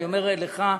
אני אומר לך,